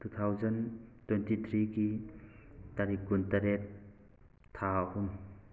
two thousand twenty ꯊ꯭ꯔꯤꯒꯤ ꯇꯥꯔꯤꯛ ꯀꯨꯟ ꯇꯔꯦꯠ ꯊꯥ ꯑꯍꯨꯝ